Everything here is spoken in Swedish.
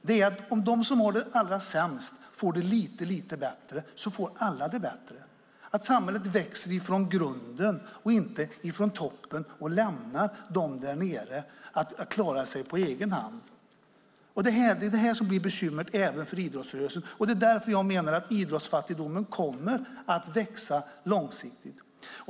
Det är att om de som har de allra sämst får det lite, lite bättre, då får alla det bättre. Det handlar om att samhället växer från grunden och inte ifrån toppen och lämnar dem där nere att klara sig på egen hand. Detta blir bekymret även för idrottsrörelsen. Därför menar jag att idrottsfattigdomen kommer att växa långsiktigt.